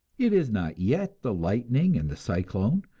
it is not yet the lightning and the cyclone,